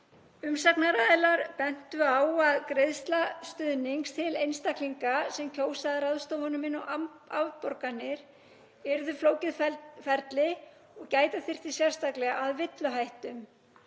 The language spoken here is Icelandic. Umsagnaraðilar bentu á að greiðsla stuðnings til einstaklinga sem kjósa að ráðstafa honum inn á afborganir yrðu flókið ferli og gæta þyrfti sérstaklega að villuhættum.